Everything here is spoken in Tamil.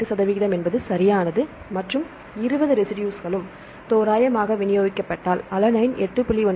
8 சதவிகிதம் என்பது சரியானது மற்றும் 20 ரெசிடுஸ்களும் தோராயமாக விநியோகிக்கப்பட்டால் அலனைன் 8